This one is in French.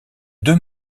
deux